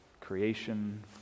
Creation